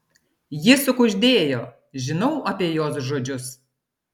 ji sukuždėjo žinau apie jos žodžius